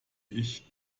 ich